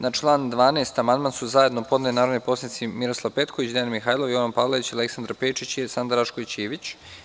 Na član 12. amandman su zajedno podneli narodni poslanici Miroslav Petković, Dejan Mihajlov, Jovan Palalić, Aleksandar Pejčić i Sanda Rašković Ivić.